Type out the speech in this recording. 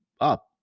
up